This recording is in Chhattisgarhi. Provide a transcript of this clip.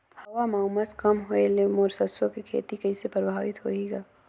हवा म उमस कम होए ले मोर सरसो के खेती कइसे प्रभावित होही ग?